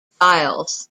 files